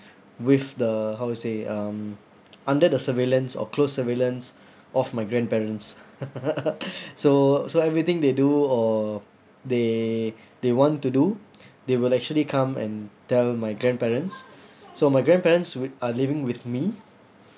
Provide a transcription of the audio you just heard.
with the how to say um under the surveillance or close surveillance of my grandparents so so everything they do or they they want to do they will actually come and tell my grandparents so my grandparents with are living with me